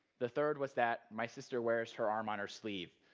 the third was that my sister wears her arm on her sleeve,